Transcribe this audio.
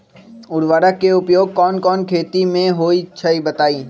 उर्वरक के उपयोग कौन कौन खेती मे होई छई बताई?